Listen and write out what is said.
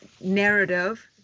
narrative